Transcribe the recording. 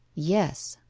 yes.